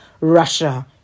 Russia